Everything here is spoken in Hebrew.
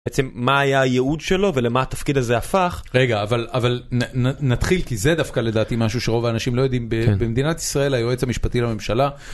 בעצם מה היה הייעוד שלו ולמה התפקיד הזה הפך. רגע אבל נתחיל כי זה דווקא לדעתי משהו שרוב האנשים לא יודעים במדינת ישראל היועץ המשפטי לממשלה.